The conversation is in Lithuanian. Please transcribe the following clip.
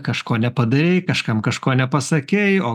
kažko nepadarei kažkam kažko nepasakei o